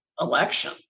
election